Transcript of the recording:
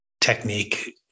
technique